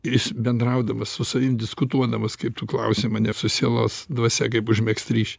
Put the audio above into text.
ir jis bendraudamas su savim diskutuodamas kaip tu klausi mane kaip su sielos dvasia kaip užmegzt ryšį